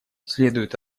следует